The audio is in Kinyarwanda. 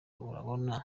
urabona